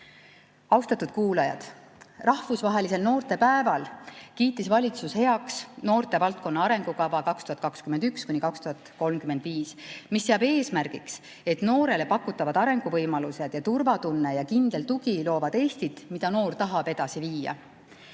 Austatud kuulajad! Rahvusvahelisel noortepäeval kiitis valitsus heaks noortevaldkonna arengukava 2021–2035, mis seab eesmärgiks, et noorele pakutavad arenguvõimalused, turvatunne ja kindel tugi loovad Eestit, mida noor tahab edasi viia.